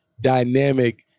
dynamic